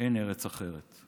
אין ארץ אחרת.